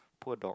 poor dog